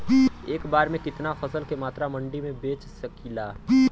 एक बेर में कितना फसल के मात्रा मंडी में बेच सकीला?